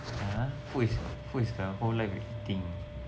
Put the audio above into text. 看 ah food is food is the whole life of eating